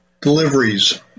deliveries